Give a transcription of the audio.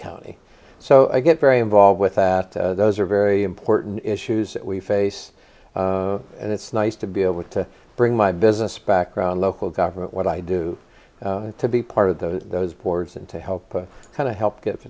county so i get very involved with that those are very important issues that we face and it's nice to be able to bring my business background local government what i do to be part of those those boards and to help kind of help get